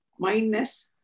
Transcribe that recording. mindness